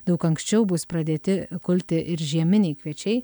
daug anksčiau bus pradėti kulti ir žieminiai kviečiai